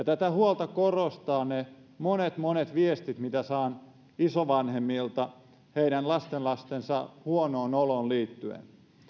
tätä huolta korostavat ne monet monet viestit mitä saan isovanhemmilta heidän lastenlastensa huonoon oloon liittyen